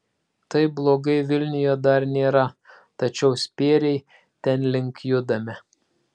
taip blogai vilniuje dar nėra tačiau spėriai tenlink judame